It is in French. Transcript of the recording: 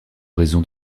raison